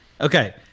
Okay